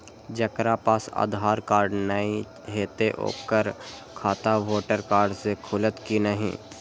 जकरा पास आधार कार्ड नहीं हेते ओकर खाता वोटर कार्ड से खुलत कि नहीं?